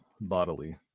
bodily